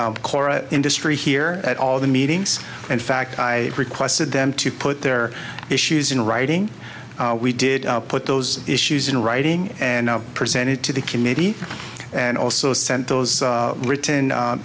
kora industry here at all the meetings in fact i requested them to put their issues in writing we did put those issues in writing and presented to the committee and also sent those written